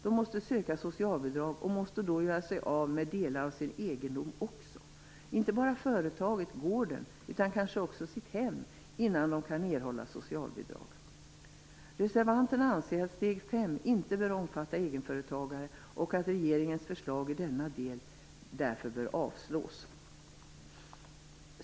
De måste söka socialbidrag och måste då också göra sig av med delar av sin egendom, inte bara företaget eller gården utan kanske också sitt hem, innan de kan erhålla socialbidrag. Reservanterna anser att steg 5 inte bör omfatta egenföretagare och att regeringens förslag i denna del därför bör avslås.